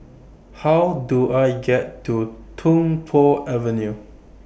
How Do I get to Tung Po Avenue